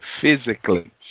physically